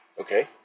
Okay